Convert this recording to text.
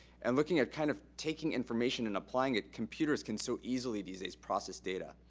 and looking at kind of taking information and applying it, computers can so easily these days process data.